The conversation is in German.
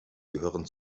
gehören